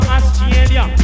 Australia